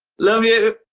love you!